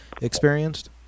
experienced